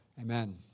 Amen